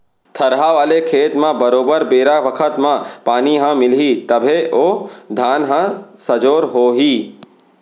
थरहा वाले खेत म बरोबर बेरा बखत म पानी ह मिलही तभे ओ धान ह सजोर हो ही